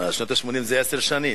אה, שנות ה-80 זה עשר שנים.